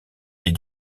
est